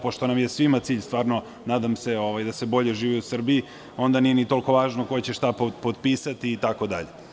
Pošto nam je svima cilj da se bolje živi u Srbiji, onda nije ni toliko važno ko će šta potpisati itd.